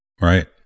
Right